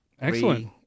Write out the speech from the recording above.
excellent